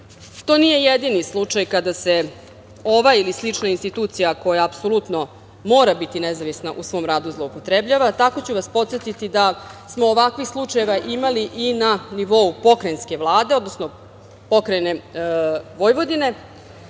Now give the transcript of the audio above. to nije jedini slučaj kada se ova ili slična institucija, koja apsolutno mora biti nezavisna u svom radu, zloupotrebljava. Tako ću vas podsetiti da smo ovakvih slučajeva imali i na nivou pokrajinske Vlade, odnosno Pokrajine Vojvodine.